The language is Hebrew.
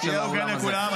תהיה הוגן לכולם.